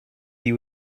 you